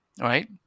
right